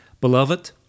Beloved